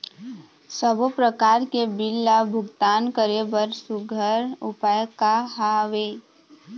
सबों प्रकार के बिल ला भुगतान करे बर सुघ्घर उपाय का हा वे?